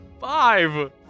Five